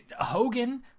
hogan